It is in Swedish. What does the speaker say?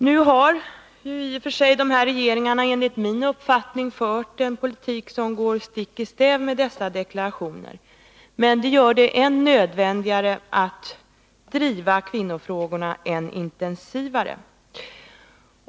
Nu har i och för sig dessa regeringar enligt min uppfattning fört en politik som går stick i stäv mot dessa deklarationer, men det gör det än nödvändigare att driva kvinnofrågorna ännu mer intensivt.